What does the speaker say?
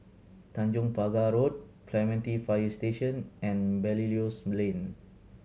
Tanjong Pagar Road Clementi Fire Station and Belilios Lane